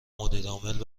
مدیرعامل